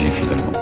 finalement